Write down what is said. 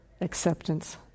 Acceptance